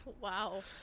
Wow